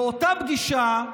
באותה פגישה,